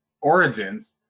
origins